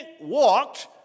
walked